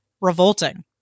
revolting